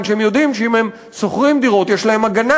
שהם יודעים שאם הם שוכרים דירות יש להם הגנה.